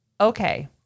Okay